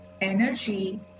Energy